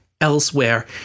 elsewhere